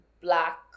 black